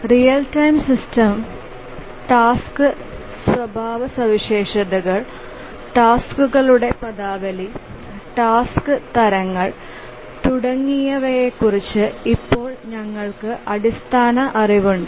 real time സിസ്റ്റങ്ങൾ task സ്വഭാവസവിശേഷതകൾ ടാസ്ക്കുകളുടെ പദാവലി ടാസ്ക് തരങ്ങൾ തുടങ്ങിയവയെക്കുറിച്ച് ഇപ്പോൾ ഞങ്ങൾക്ക് അടിസ്ഥാന അറിവുണ്ട്